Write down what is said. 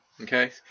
Okay